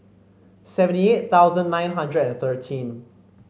seventy eight thousand nine hundred and thirteen